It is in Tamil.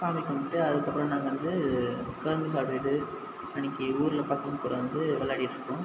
சாமி கும்பிட்டு அதுக்கு அப்புறம் நாங்கள் வந்து உட்காந்து சாப்பிடுட்டு அன்றைக்கி ஊரில் பசங்க கூட வந்து விளையாடிட்ருப்போம்